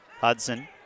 Hudson